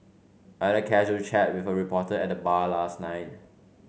I had a casual chat with a reporter at the bar last night